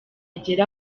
agere